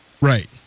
Right